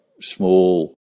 small